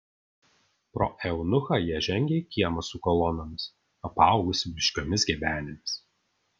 pro eunuchą jie žengė į kiemą su kolonomis apaugusį blyškiomis gebenėmis